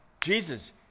Jesus